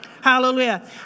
hallelujah